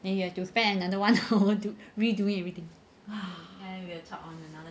then you have to spend another one hour to redo everything